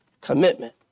commitment